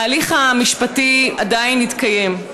ההליך המשפטי עדיין יתקיים,